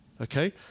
okay